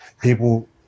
people